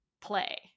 play